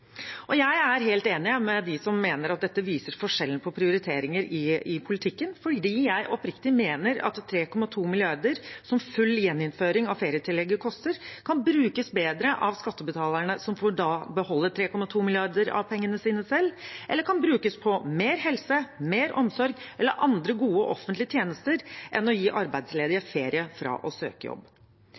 Jeg er helt enig med dem som mener at dette viser forskjellen på prioriteringer i politikken, for jeg mener oppriktig at 3,2 mrd. kr, som full gjeninnføring av ferietillegget koster, kan brukes bedre av skattebetalerne, som da får beholde 3,2 mrd. kr av pengene sine selv, eller de kan brukes på mer helse, mer omsorg eller andre gode offentlige tjenester, heller enn å gi arbeidsledige ferie fra å søke jobb.